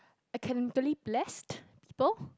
academically blessed people